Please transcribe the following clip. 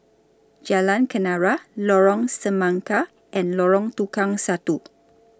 Jalan Kenarah Lorong Semangka and Lorong Tukang Satu